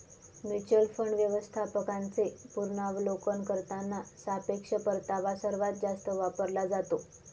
mutual fund व्यवस्थापकांचे पुनरावलोकन करताना सापेक्ष परतावा सर्वात जास्त वापरला जातो